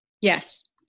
yes